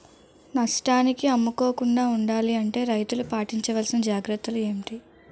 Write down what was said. నష్టానికి అమ్ముకోకుండా ఉండాలి అంటే రైతులు పాటించవలిసిన జాగ్రత్తలు ఏంటి